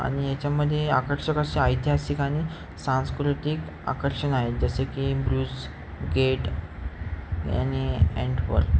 आणि याच्यामध्ये आकर्षक असे ऐतिहासिक आणि सांस्कृतिक आकर्षण आहेत जसे की ब्रुज गेट आणि एंटवर